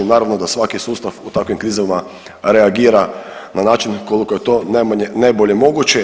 Naravno da svaki sustav u takvim krizama reagira na način koliko je to najmanje, najbolje moguće.